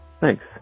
Thanks